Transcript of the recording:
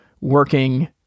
working